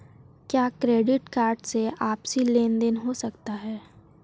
क्या credit card से आपसी लेनदेन हो सकता है?